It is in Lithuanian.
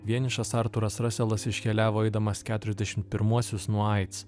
vienišas artūras raselas iškeliavo eidamas keturiasdešimt pirmuosius nuo aids